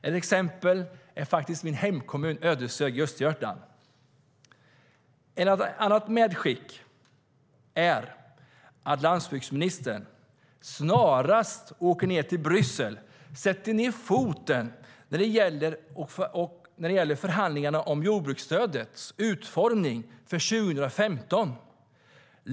Ett sådant exempel är min hemkommun, Ödeshög i Östergötland.Ett annat medskick är att landsbygdsministern snarast åker ned till Bryssel och sätter ned foten när det gäller förhandlingarna om jordbruksstödets utformning för 2015.